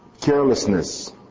carelessness